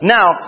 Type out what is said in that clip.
Now